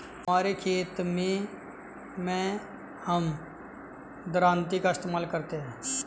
हमारे खेत मैं हम दरांती का इस्तेमाल करते हैं